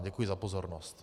Děkuji za pozornost.